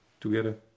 together